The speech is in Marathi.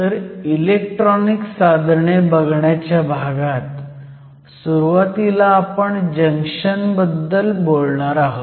तर इलेक्ट्रॉनिक साधने बघण्याच्या भागात सुरुवातीला आपण जंक्शन बद्दल बोलणार आहोत